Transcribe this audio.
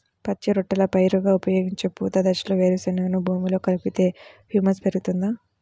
పచ్చి రొట్టెల పైరుగా ఉపయోగించే పూత దశలో వేరుశెనగను భూమిలో కలిపితే హ్యూమస్ పెరుగుతుందా?